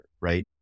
right